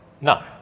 No